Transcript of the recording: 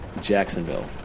Jacksonville